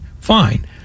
fine